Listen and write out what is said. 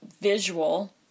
visual